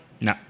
No